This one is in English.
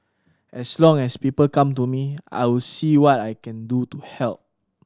as long as people come to me I will see what I can do to help